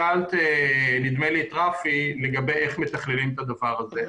שאלת נדמה לי את רפי איך מתכללים את הדבר הזה.